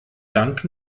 dank